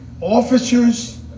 officers